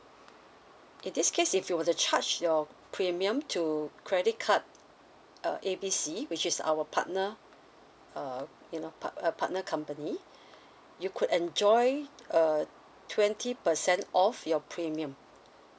in this case if you were to charge your premium to credit card uh A B C which is our partner uh you know part uh partner company you could enjoy a twenty percent off your premium